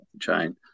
chain